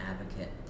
advocate